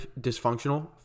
dysfunctional